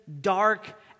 dark